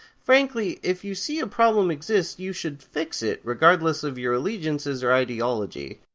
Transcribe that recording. frankly, if you see a problem exists, you should fix it, regardless of your allegiances or ideology.